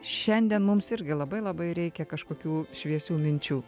šiandien mums irgi labai labai reikia kažkokių šviesių minčių